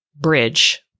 bridge